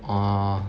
orh